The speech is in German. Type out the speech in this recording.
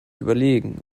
überlegen